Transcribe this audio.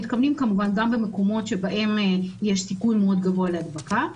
ואנחנו מתכוונים כמובן גם במקומות שבהם יש סיכוי מאוד גבוה להדבקה.